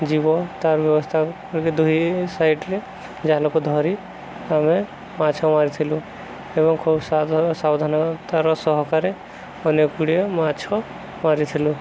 ଯିବ ତାର୍ ବ୍ୟବସ୍ଥା କେ ଦୁଇ ସାଇଡ଼୍ରେ ଯାହା ଲୋକ ଧରି ଆମେ ମାଛ ମାରିଥିଲୁ ଏବଂ ଖୁବ୍ ସାବଧାନ୍ ସାବଧାନତାର ସହକାରେ ଅନେକ ଗୁଡ଼ିଏ ମାଛ ମାରିଥିଲୁ